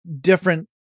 different